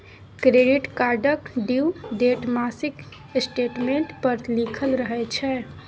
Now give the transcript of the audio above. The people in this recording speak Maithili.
क्रेडिट कार्डक ड्यु डेट मासिक स्टेटमेंट पर लिखल रहय छै